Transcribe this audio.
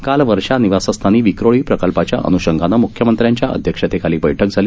काल वर्षा निवासस्थानी विक्रोळी प्रकल्पाच्या अन्षंगानं मुख्यमंत्र्यांच्या अध्यक्षतेखाली बैठक झाली